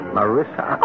Marissa